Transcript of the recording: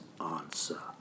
answer